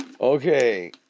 Okay